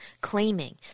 claiming